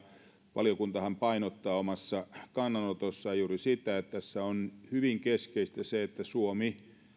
valiokuntahan painottaa omassa kannanotossaan juuri sitä että tässä on hyvin keskeistä se että suomi